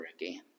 again